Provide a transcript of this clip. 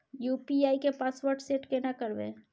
UPI के password set केना करबे?